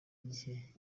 gihe